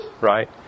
right